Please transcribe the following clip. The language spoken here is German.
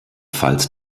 falls